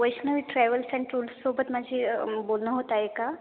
Vaishnavi travels and टूल्सोबत माझी बोलणं होत आहे का